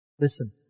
Listen